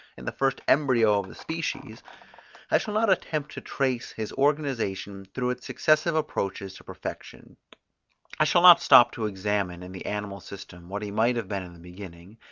in the first embryo of the species i shall not attempt to trace his organization through its successive approaches to perfection i shall not stop to examine in the animal system what he might have been in the beginning,